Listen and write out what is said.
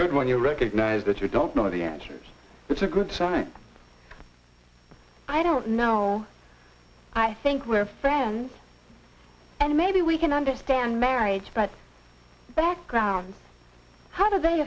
good when you recognize that you don't know the answers it's a good sign i don't know i think we're friends and maybe we can understand marriage but background how do they